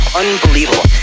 unbelievable